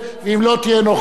ואם לא תהיה נוכחת,